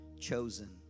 Chosen